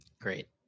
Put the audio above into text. great